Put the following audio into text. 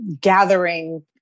gathering